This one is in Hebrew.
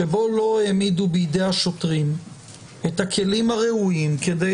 שבו לא העמידו בידי השוטרים את הכלים הראויים כדי